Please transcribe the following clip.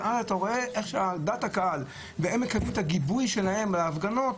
אתה רואה את דעת הקהל והם יקבלו את הגיבוי שלהם להפגנות,